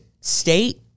state